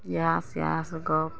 इहए सेहए सब गप